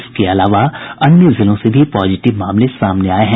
इसके अलावा अन्य जिलों से भी पॉजिटिव मामले सामने आये हैं